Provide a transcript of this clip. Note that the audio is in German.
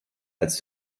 als